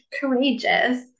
courageous